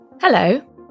Hello